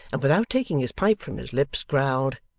and without taking his pipe from his lips, growled,